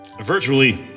Virtually